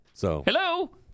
Hello